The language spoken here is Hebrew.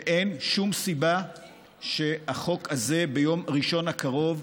ואין שום סיבה שהחוק הזה ביום לא יעלה ראשון הקרוב,